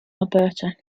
alberta